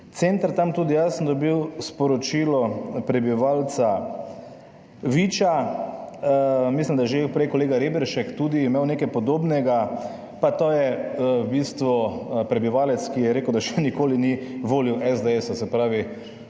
center tam, tudi jaz sem dobil sporočilo prebivalca Viča, mislim da je že prej kolega Reberšek tudi imel nekaj podobnega, pa to je v bistvu prebivalec, ki je rekel, da še nikoli ni volil SDS, se pravi,